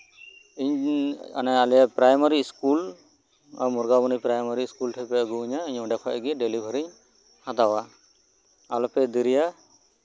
ᱤᱧ ᱟᱞᱮ primary school ᱟᱞᱮ ᱢᱩᱨᱜᱟᱵᱚᱱᱤ ᱯᱨᱟᱭᱢᱟᱨᱤ ᱤᱥᱠᱩᱞ ᱴᱷᱮᱱ ᱯᱮ ᱟᱹᱜᱩ ᱤᱧᱟ ᱤᱧ ᱚᱱᱰᱟ ᱠᱷᱟᱱᱜᱮ ᱰᱮᱞᱤᱵᱷᱟᱨᱤ ᱦᱟᱛᱟᱣᱟ ᱟᱞᱚᱯᱮ ᱫᱮᱨᱤᱭᱟ